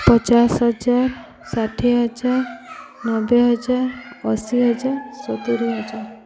ପଚାଶ ହଜାର ଷାଠିଏ ହଜାର ନବେ ହଜାର ଅଶୀ ହଜାର ସତୁୁରୀ ହଜାର